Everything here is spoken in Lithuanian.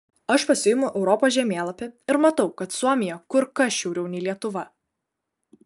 aš pasiimu europos žemėlapį ir matau kad suomija kur kas šiauriau nei lietuva